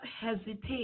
hesitate